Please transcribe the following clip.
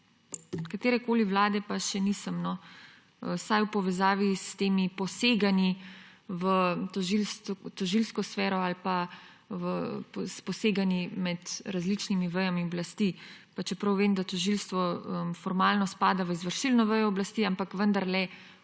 katerekoli vlade pa še nisem videla, vsaj v povezavi s temi poseganji v tožilsko sfero ali pa s poseganji med različnimi vejami oblasti. Pa čeprav vem, da tožilstvo formalno spada v izvršilno vejo oblasti, ampak vendarle,